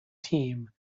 team